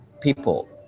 people